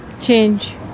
change